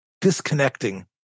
disconnecting